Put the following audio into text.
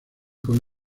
con